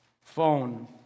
phone